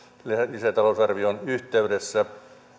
lisätalousarvion yhteydessä